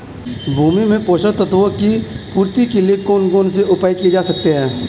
भूमि में पोषक तत्वों की पूर्ति के लिए कौन कौन से उपाय किए जा सकते हैं?